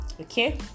Okay